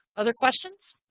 other questions?